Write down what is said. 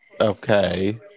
Okay